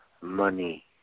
money